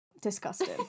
Disgusting